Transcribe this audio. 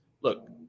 look